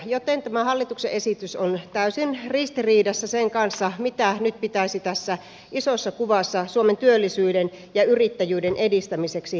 joten tämä hallituksen esitys on täysin ristiriidassa sen kanssa mitä nyt pitäisi tässä isossa kuvassa suomen työllisyyden ja yrittäjyyden edistämiseksi tehdä